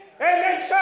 Amen